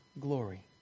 glory